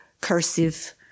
cursive